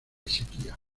sequía